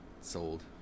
Sold